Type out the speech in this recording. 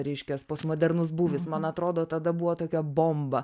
reiškias postmodernus būvis man atrodo tada buvo tokia bomba